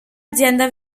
azienda